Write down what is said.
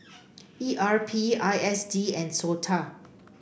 E R P I S D and SOTA